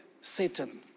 Satan